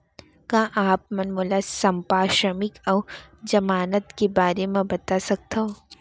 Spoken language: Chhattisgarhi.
का आप मन मोला संपार्श्र्विक अऊ जमानत के बारे म बता सकथव?